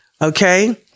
Okay